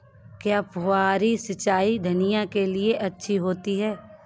क्या फुहारी सिंचाई धनिया के लिए अच्छी होती है?